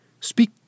Speak